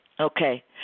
Okay